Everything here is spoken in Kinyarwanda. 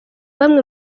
bamwe